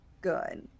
good